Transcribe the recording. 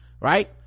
right